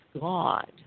God